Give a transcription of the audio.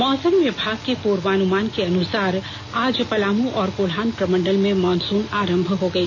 मौसम विभाग के पूर्वानुमान के अनुसार आज पलामू और कोल्हान प्रमंडल में मॉनसुन आरंभ हो गई